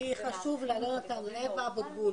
חשוב לה, אווה אביטבול.